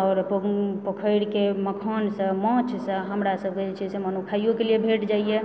आओर पोखरिके मखान से माछ से हमरा सबकेँ जे छै मानू खायोके लिय भेट जाइए